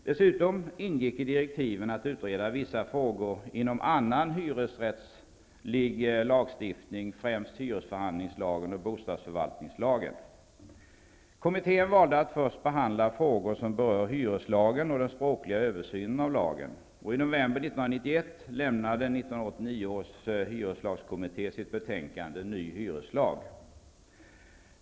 Dessutom ingick i direktiven att utreda vissa frågor inom annan hyresrättslig lagstiftning, främst hyresförhandlingslagen och bostadsförvaltningslagen. Kommittén valde att först behandla frågor som berör hyreslagen och den språkliga översynen av lagen. I november 1991 lämnade 1989 års hyreslagskommitté sitt betänkande Ny hyreslag.